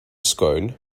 scone